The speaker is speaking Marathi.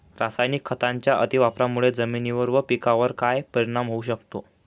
रासायनिक खतांच्या अतिवापराने जमिनीवर व पिकावर काय परिणाम होऊ शकतो?